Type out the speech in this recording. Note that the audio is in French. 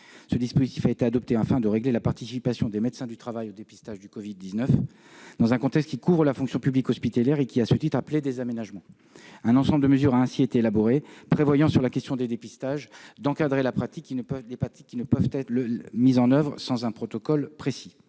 Ce dispositif a été adopté afin de régler la participation des médecins du travail au dépistage du Covid-19, dans un contexte qui couvre la fonction publique hospitalière et qui, à ce titre, appelait des aménagements. Un ensemble de mesures a ainsi été élaboré, prévoyant d'encadrer les pratiques de dépistage, qui ne peuvent être mises en oeuvre sans un protocole précis.